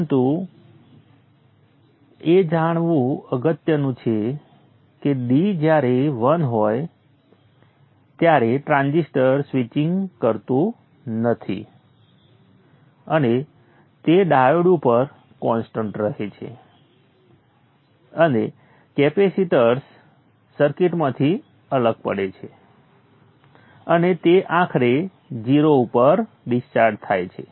પરંતુ એ જાણવું અગત્યનું છે કે d જ્યારે 1 હોય ત્યારે ટ્રાન્ઝિસ્ટર સ્વિચિંગ કરતું નથી અને તે ડાયોડ ઉપર કોન્સ્ટન્ટ રહે છે અને કેપેસિટર્સ સર્કિટમાંથી અલગ પડે છે અને તે આખરે 0 ઉપર ડિસ્ચાર્જ થાય છે